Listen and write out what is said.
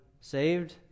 saved